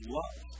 love